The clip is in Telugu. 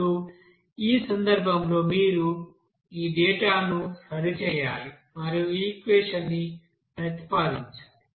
ఇప్పుడు ఈ సందర్భంలో మీరు ఈ డేటాను సరిచేయాలి మరియు ఈక్వెషన్ ని ప్రతిపాదించాలి